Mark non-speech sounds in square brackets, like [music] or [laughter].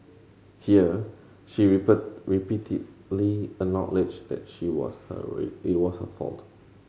here she [unintelligible] repeatedly acknowledged that she was hurry it was her fault